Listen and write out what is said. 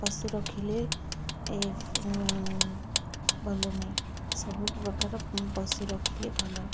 ପଶୁ ରଖିଲେ ଏ ଭଲ ନାହିଁ ସବୁ ପ୍ରକାର ପଶୁ ରଖିଲେ ଭଲ